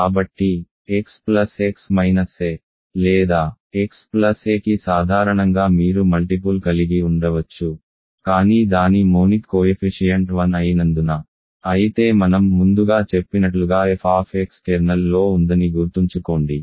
కాబట్టి x plus x minus a లేదా x plus a కి సాధారణంగా మీరు మల్టిపుల్ కలిగి ఉండవచ్చు కానీ దాని మోనిక్ కోయెఫిషియంట్1 అయినందున అయితే మనం ముందుగా చెప్పినట్లుగా f కెర్నల్లో ఉందని గుర్తుంచుకోండి